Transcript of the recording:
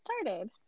started